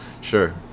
Sure